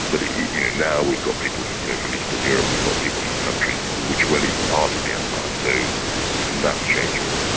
but now we've got people from you know from eastern europe, we've got people from countries which weren't even part of the empire, so even that's changing.